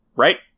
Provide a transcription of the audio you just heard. Right